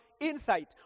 insight